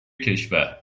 کشور